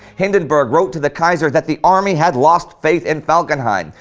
hindenburg wrote to the kaiser that the army had lost faith in falkenhayn,